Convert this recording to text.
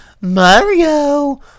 Mario